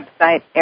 website